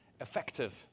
effective